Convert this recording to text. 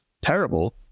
terrible